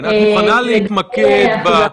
אני מקבל 80% או 90% מההשגות בתוך דקות.